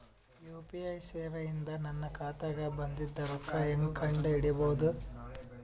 UPI ಸೇವೆ ಇಂದ ನನ್ನ ಖಾತಾಗ ಬಂದಿದ್ದ ರೊಕ್ಕ ಹೆಂಗ್ ಕಂಡ ಹಿಡಿಸಬಹುದು?